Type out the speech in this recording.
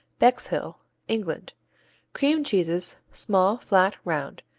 bexhill england cream cheeses, small, flat, round.